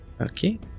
Okay